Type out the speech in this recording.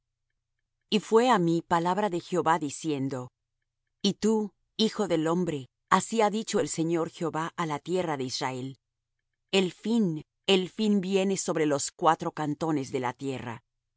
y fué á mí palabra de jehová diciendo y tú hijo del hombre así ha dicho el señor jehová á la tierra de israel el fin el fin viene sobre los cuatro cantones de la tierra